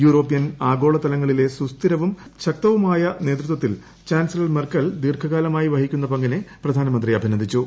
European ആഗോളതലങ്ങളിലെ സുസ്ഥിരവും ശക്തവുമായ നേതൃത്വത്തിൽ ചാൻസലർ മെർക്കൽ ദീർഘകാലമായി വഹിക്കുന്ന പങ്കിനെ പ്രധാനമന്ത്രി അഭിനന്ദിച്ചു